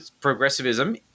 progressivism